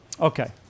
Okay